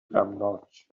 غمناک